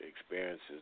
experiences